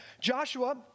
Joshua